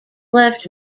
left